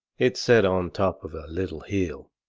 it set on top of a little hill,